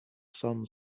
sun